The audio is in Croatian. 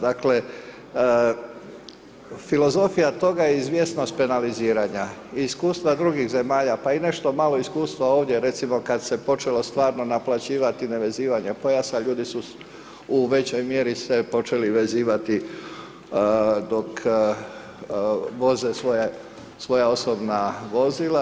Dakle, filozofija toga je izvjesnost penaliziranje, i iskustva drugih zemalja, pa i nešto malo iskustva ovdje, recimo, kada se je počelo stvarno naplaćivati nevezivanje pojasa, ljudi su u većoj mjeri se počeli vezivati, dok voze svoja osobna vozila.